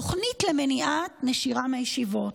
תוכנית למניעת נשירה מהישיבות,